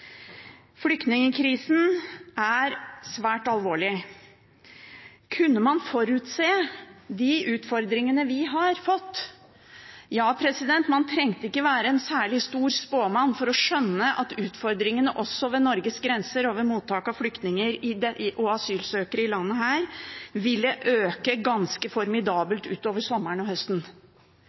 Flyktningkrisen er svært alvorlig. Kunne man forutse de utfordringene vi har fått? Ja, man trengte ikke å være en særlig stor spåmann for å skjønne at utfordringene også ved Norges grenser og ved mottak av flyktninger og asylsøkere i landet her ville øke ganske formidabelt utover sommeren og høsten.